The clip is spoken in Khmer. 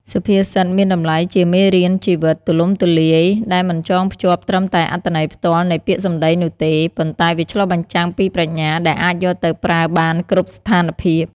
សុភាសិត មានតម្លៃជាមេរៀនជីវិតទូលំទូលាយ ដែលមិនចងភ្ជាប់ត្រឹមតែអត្ថន័យផ្ទាល់នៃពាក្យសម្ដីនោះទេ ប៉ុន្តែវាឆ្លុះបញ្ចាំងពីប្រាជ្ញាដែលអាចយកទៅប្រើបានគ្រប់ស្ថានភាព។